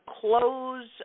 close